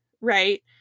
right